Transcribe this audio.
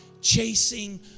chasing